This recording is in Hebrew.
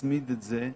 אי